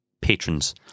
patrons